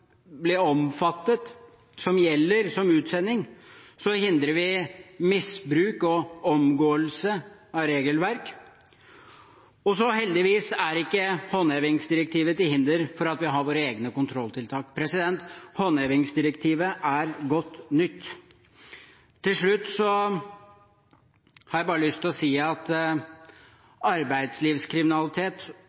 gjelder ved utsending, hindrer vi misbruk og omgåelse av regelverk. Heldigvis er ikke håndhevingsdirektivet til hinder for at vi har våre egne kontrolltiltak. Håndhevingsdirektivet er godt nytt. Til slutt har jeg bare lyst til å si at arbeidslivskriminalitet